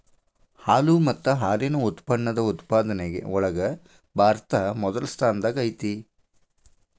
ಹಾಲು ಮತ್ತ ಹಾಲಿನ ಉತ್ಪನ್ನದ ಉತ್ಪಾದನೆ ಒಳಗ ಭಾರತಾ ಮೊದಲ ಸ್ಥಾನದಾಗ ಐತಿ